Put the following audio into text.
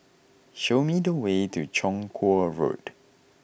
show me the way to Chong Kuo Road